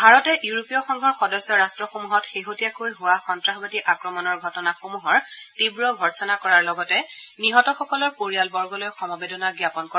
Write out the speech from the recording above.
ভাৰত ইউৰোপীয় সংঘৰ সদস্য ৰাষ্ট্ৰীসমূহত শেহতীয়াকৈ হোৱা সন্ত্ৰাসবাদী আক্ৰমণৰ ঘটনাসমূহৰ তীব্ৰ ৰ্ভৎসনা কৰাৰ লগতে নিহতসকলৰ পৰিয়ালবৰ্গলৈ সমবেদনা জ্ঞাপন কৰে